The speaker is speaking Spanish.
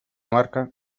marca